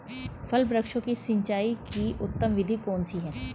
फल वृक्षों की सिंचाई की उत्तम विधि कौन सी है?